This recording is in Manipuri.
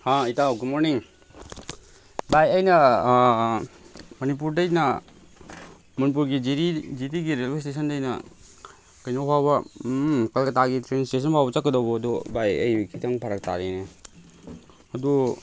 ꯍꯥ ꯏꯇꯥꯎ ꯒꯨꯗ ꯃꯣꯔꯅꯤꯡ ꯚꯥꯏ ꯑꯩꯅ ꯃꯅꯤꯄꯨꯔꯗꯩꯅ ꯃꯅꯤꯄꯨꯔꯒꯤ ꯖꯤꯔꯤ ꯖꯤꯔꯤꯒꯤ ꯔꯦꯜꯋꯦ ꯏꯁꯇꯦꯁꯗꯩꯅ ꯀꯩꯅꯣ ꯐꯥꯎꯕ ꯀꯜꯀꯇꯥꯒꯤ ꯇ꯭ꯔꯦꯟ ꯏꯁꯇꯦꯁꯟ ꯐꯥꯎꯕ ꯆꯠꯀꯗꯧꯕ ꯑꯗꯣ ꯚꯥꯏ ꯑꯩ ꯈꯤꯇꯪ ꯐꯔꯛ ꯇꯥꯔꯦꯅꯦ ꯑꯗꯨ